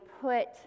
put